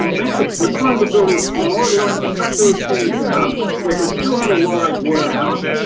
um make the footprint of the building smaller, they don't have to cut those trees down they can still have a large warehouse,